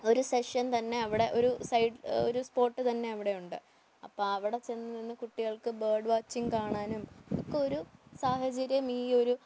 ഒരു സെക്ഷൻ തന്നെ അവിടെ ഒരു സൈഡ് ഒരു സ്പോട്ട് തന്നെ അവിടെ ഉണ്ട് അപ്പം അവിടെ ചെന്ന് നിന്ന് കുട്ടികൾക്ക് ബേഡ്വാ വാച്ചിങ്ങ് കാണാനും ഒക്കെ ഒരു സാഹചര്യം ഈ ഒരു